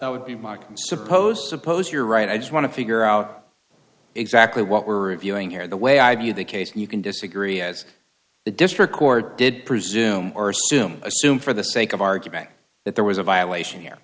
i'm supposed to suppose you're right i just want to figure out exactly what we're reviewing here the way i view the case and you can disagree as the district court did presume or assume assume for the sake of argument that there was a violation here